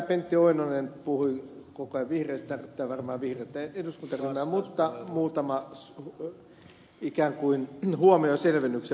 pentti oinonen puhui koko ajan vihreistä tarkoittaa varmaan vihreiden eduskuntaryhmää mutta muutama ikään kuin huomio selvennyksen vuoksi